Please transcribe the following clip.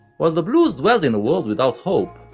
while the blues dwelled in a world without hope,